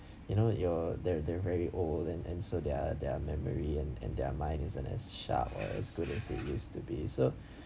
you know your they're they're very old and and so their their memory and and their mind isn't as sharp as good as it used to be so